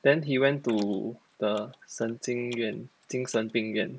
then he went to the 神经院精神病院